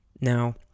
Now